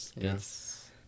yes